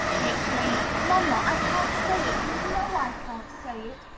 he exclaimed, mamma, i can't say it and you know i can't say it.